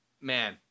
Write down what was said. man